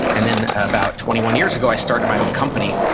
and then about twenty one years ago i started my own company,